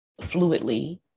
fluidly